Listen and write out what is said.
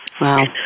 Wow